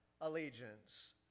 allegiance